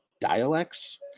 dialects